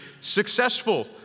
successful